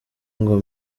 ngo